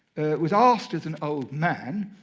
was asked, as an old man,